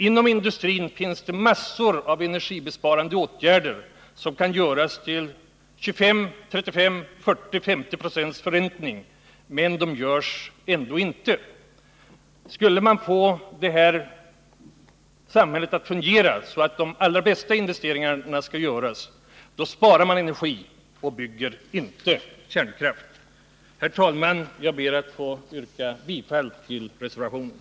Inom industrin kan massor av energibesparande åtgärder vidtas, och de kan ge en förräntning på 25, 35, 40 eller 50 26. Ändå vidtas inte de åtgärderna. Den bästa investeringen för att få detta samhälle att fungera är att spara energi och att inte bygga ut kärnkraften. Herr talman! Jag yrkar bifall till reservationen.